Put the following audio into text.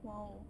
!wow!